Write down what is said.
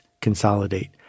consolidate